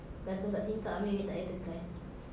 gantung dekat tingkap abeh dia tak payah tekan